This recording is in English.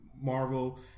Marvel